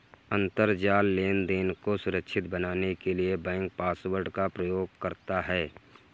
अंतरजाल लेनदेन को सुरक्षित बनाने के लिए बैंक पासवर्ड का प्रयोग करता है